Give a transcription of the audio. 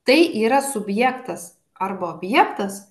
tai yra subjektas arba objektas